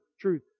truth